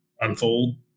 unfold